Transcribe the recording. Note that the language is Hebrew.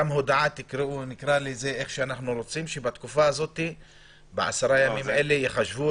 גם הודעה - שבתקופה הזאת בעשרה ימים האלה יחשבו,